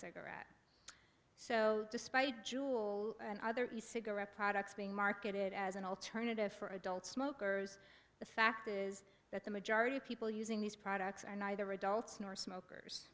cigarette so despite jewel and other cigarette products being marketed as an alternative for adult smokers the fact is that the majority of people using these products are neither adults nor smokers